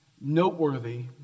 noteworthy